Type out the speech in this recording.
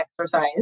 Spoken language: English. exercise